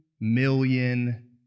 million